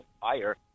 fire